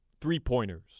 three-pointers